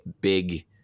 big